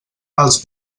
els